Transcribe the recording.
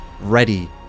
ready